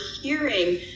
hearing